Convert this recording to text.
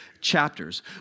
chapters